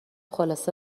خلاصه